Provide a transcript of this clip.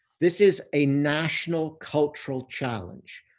this is a national cultural challenge.